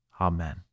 amen